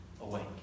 awake